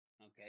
Okay